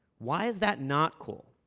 why is that not cool?